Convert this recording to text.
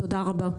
תודה רבה.